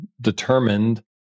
determined